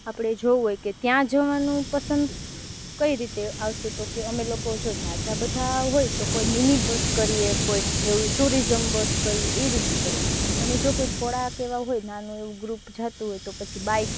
આપણે જોવું હોય કે ત્યાં જવાનું પસંદ કઈ રીતે આવશે તો કે અમે લોકો જો ઝાઝા બધાં હોય તો કોઈ મીની બસ કરીએ કોઈ એવી ટુરિઝમ બસ કરીએ એ રીતે કરીએ અને જો કોઈ થોડાક એવાં હોય નાનું એવું ગ્રુપ જતું હોય તો પછી બાઈક